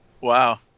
Wow